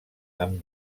amb